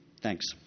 Thanks